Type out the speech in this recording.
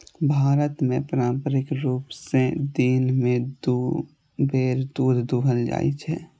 भारत मे पारंपरिक रूप सं दिन मे दू बेर दूध दुहल जाइ छै